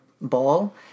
ball